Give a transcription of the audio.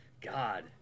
God